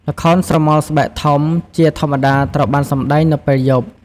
ល្ខោនស្រមោលស្បែកធំ ជាធម្មតាត្រូវបានសម្តែងនៅពេលយប់។